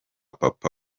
papa